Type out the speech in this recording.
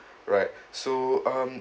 right so um